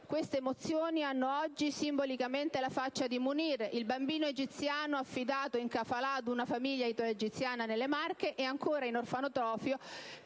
Queste mozioni hanno oggi, simbolicamente, la faccia di Munir, il bambino egiziano affidato in *kafala* ad una famiglia italo-egiziana delle Marche e ancora in orfanotrofio